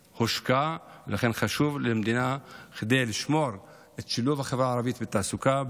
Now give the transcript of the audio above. ולכן חשוב למדינה לשמור את שילוב החברה הערבית בתעסוקה,